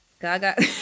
gaga